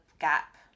gap